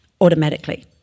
Automatically